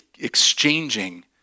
exchanging